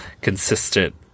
consistent